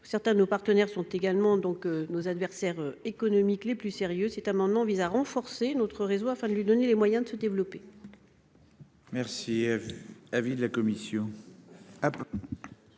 certains de nos partenaires sont également nos adversaires économiques les plus sérieux, cet amendement vise à renforcer notre réseau afin de lui donner les moyens de se développer. Quel est l'avis de la commission